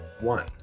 one